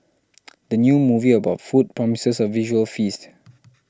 the new movie about food promises a visual feast